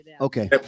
Okay